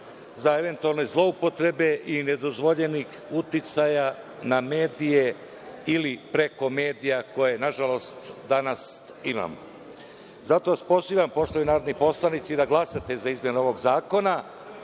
za eventualne zloupotrebe i nedozvoljenih uticaja na medije ili preko medija, koje nažalost danas imamo. Zato vas pozivam, poštovani narodni poslanici, da glasate za izmenu ovog zakona,